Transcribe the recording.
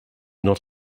not